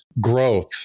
growth